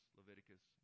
Leviticus